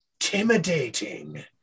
intimidating